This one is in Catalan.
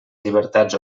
llibertats